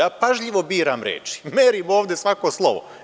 Ja pažljivo biram reči, merim ovde svako slovo.